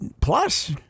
plus